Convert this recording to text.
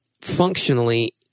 functionally